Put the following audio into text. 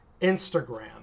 Instagram